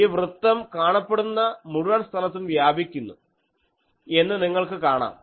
ഈ വൃത്തം കാണപ്പെടുന്ന മുഴുവൻ സ്ഥലത്തും വ്യാപിക്കുന്നു എന്ന് നിങ്ങൾക്ക് കാണാം